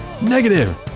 negative